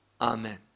amen